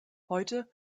heute